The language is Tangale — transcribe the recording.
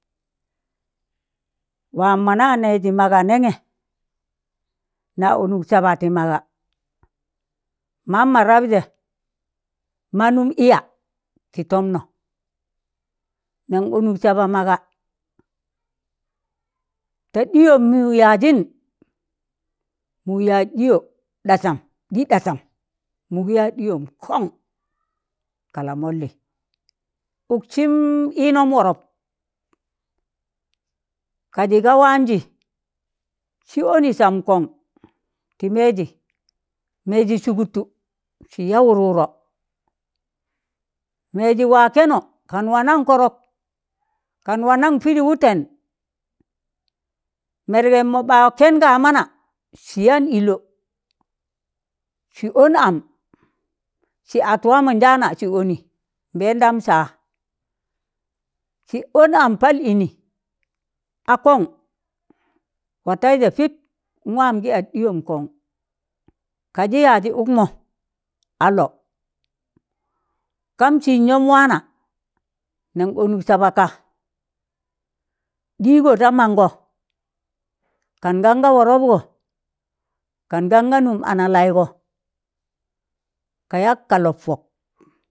Waa mọ na nẹjị maga nẹngẹ, na ọnụk saba tị maga, mam ma rab jẹ ma nụm ịya tị tọmnọ, nan ọnụk saba maga, ta ɗịyọm mụ yaajịn mụ yaaz ɗiyọ ɗasam ɗị ɗasam, mụ gi yaa ɗịyọm kọn ka la'mọllị, ụksịm ịnọm wọrọp kajị ga waanjị, sị ọnị sam kọn ti mẹjị, mejị sụgụdtụ sị yaa wụr- wụrọ, mẹjị waa kẹnọ kan wanan kọrọk, kan wanan pịdị wụtẹn, mẹrgẹm mọ ɓa kẹn kamana sị yaan ịlọ sị ọn am sị at waamọnjaana sị ọnị mbẹẹndam sa, sị ọn am pal ịnị a kọn watẹịjẹ pịp a waam gị at ɗịyọm kọn kaa jị yajị ụkmọ, alop,̣ kam sịjnọm waana, nan ọnụk saba ka, ɗịịgọ da mangọ kan kanga wọrọpgọ, kan kanga nụm analịgọ, ka yak ka lọp pọk.